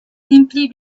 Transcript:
simply